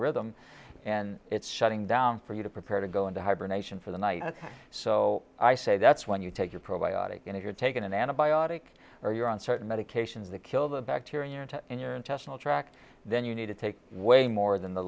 rhythm and it's shutting down for you to prepare to go into hibernation for the night so i say that's when you take your probiotic and if you're taking an antibiotic or you're on certain medications to kill the bacteria in your intestinal tract then you need to take way more than the